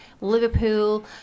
Liverpool